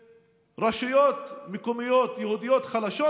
ברשויות מקומיות יהודיות חלשות,